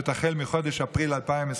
שתחל מחודש אפריל 2023,